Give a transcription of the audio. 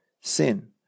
sin